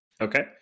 Okay